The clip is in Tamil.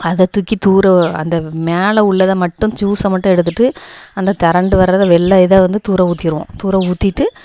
அதை தூக்கி தூர அந்த மேலே உள்ளதை மட்டும் ஜூஸை மட்டும் எடுத்துகிட்டு அந்த திரண்டு வர்றதை வெள்ளை இதை வந்து தூர ஊற்றிருவோம் தூர ஊற்றிட்டு